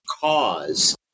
cause